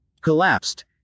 Collapsed